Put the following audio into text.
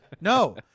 No